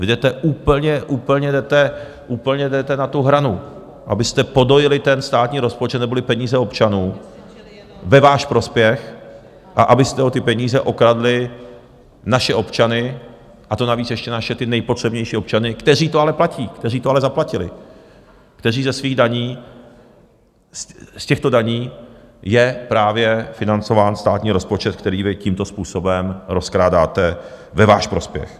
Vy jdete úplně, úplně jdete na hranu, abyste podojili státní rozpočet neboli peníze občanů ve svůj prospěch a abyste o ty peníze okradli naše občany, a to navíc ještě naše nejpotřebnější občany, kteří to ale platí, kteří to ale zaplatili, kteří ze svých daní, z těchto daní je právě financován státní rozpočet, který vy tímto způsobem rozkrádáte ve svůj prospěch.